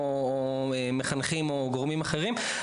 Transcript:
מחנכים או גורמים אחרים,